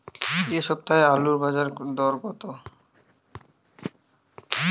এ সপ্তাহে আলুর বাজারে দর কত?